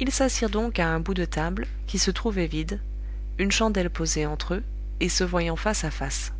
ils s'assirent donc à un bout de table qui se trouvait vide une chandelle posée entre eux et se voyant face à face